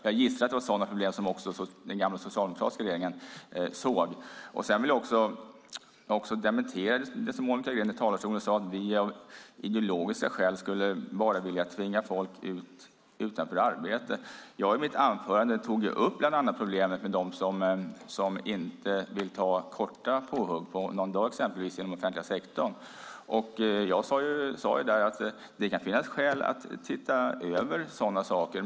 Jag gissar att det var sådana problem som också den gamla socialdemokratiska regeringen såg. Sedan vill jag dementera det som Monica Green sade i talarstolen, att vi av ideologiska skäl bara skulle vilja tvinga folk utanför arbete. Jag tog i mitt anförande upp bland annat problemet med dem som inte vill ta korta påhugg, på någon dag exempelvis inom den offentliga sektorn. Jag sade att det kan finnas skäl att titta över sådana saker.